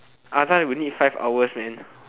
I find it we need five hours man